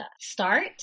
start